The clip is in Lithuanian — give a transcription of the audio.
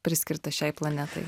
priskirtas šiai planetai